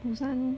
busan